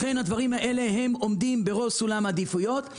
לכן הדברים האלה עומדים בראש סולם העדיפויות.